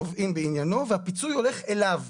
והפיצוי הולך אליו,